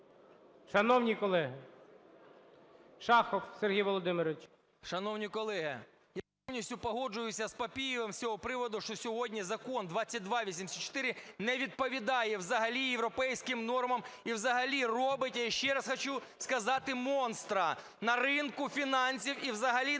Шановні колеги! Шахов Сергій Володимирович.